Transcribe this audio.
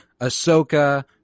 Ahsoka